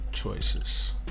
choices